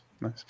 Nice